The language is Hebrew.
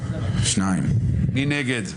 מי נגד?